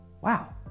wow